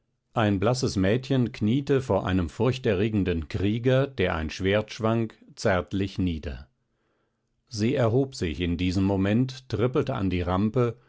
ein blasses mädchen kniete vor einem furchterregenden krieger der ein schwert schwang zärtlich nieder sie erhob sich in diesem moment trippelte an die rampe